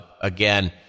again